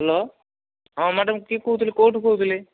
hello ହଁ madam କିଏ କହୁଥିଲେ କେଉଁଠୁ କହୁଥିଲେ